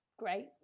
great